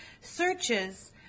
searches